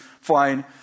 flying